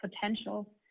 potential